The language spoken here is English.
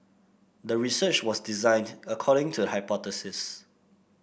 the research was designed according to the hypothesis